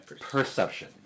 perception